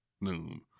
noon